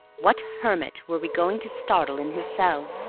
what hermit were we going to startle in his cell?